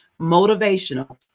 motivational